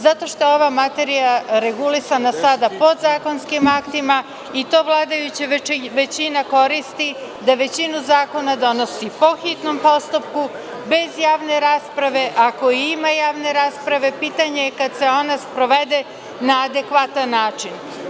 Zato što je ova materija regulisana sada podzakonskim aktima i to vladajuća većina koristi da većinu zakona donosi po hitnom postupku bez javne rasprave, a ako ima javne rasprave, pitanje je kada se ona sprovede na adekvatan način.